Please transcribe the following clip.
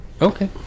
okay